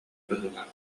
быһыылаах